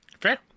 Fair